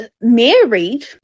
married